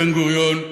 בן-גוריון,